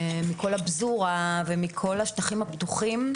מכל הפזורה ומכל השטחים הפתוחים,